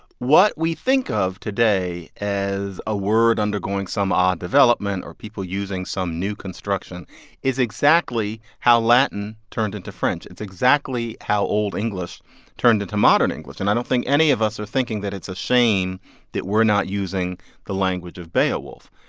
what we think of today as a word undergoing some odd development or people using some new construction is exactly how latin turned into french. it's exactly how old english turned into modern english. and i don't think any of us are thinking that it's a shame that we're not using the language of beowulf.